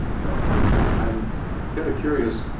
the author i'm kind of curious